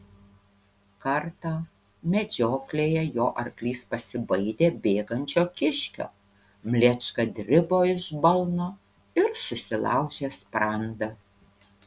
kartą medžioklėje jo arklys pasibaidė bėgančio kiškio mlečka dribo iš balno ir susilaužė sprandą